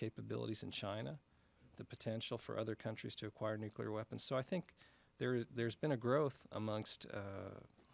capabilities in china the potential for other countries to acquire nuclear weapons so i think there's been a growth amongst